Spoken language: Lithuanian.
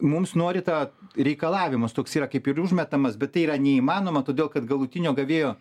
mums nori tą reikalavimas toks yra kaip ir užmetamas bet tai yra neįmanoma todėl kad galutinio gavėjo